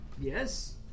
Yes